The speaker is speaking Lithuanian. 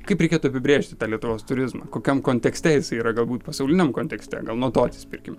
kaip reikėtų apibrėžti tą lietuvos turizmą kokiam kontekste jisai yra galbūt pasauliniam kontekste gal nuo to atsispirkim